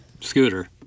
Scooter